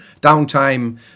downtime